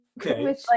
Okay